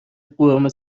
قرمه